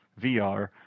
VR